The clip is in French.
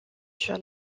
sur